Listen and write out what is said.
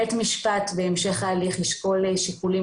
בית המשפט בהמשך ההליך ישקול שיקולים